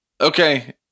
Okay